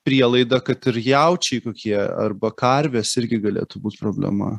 prielaidą kad ir jaučiai kokie arba karvės irgi galėtų būt problema